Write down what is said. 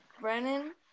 Brennan